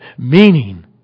Meaning